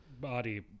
body